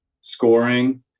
scoring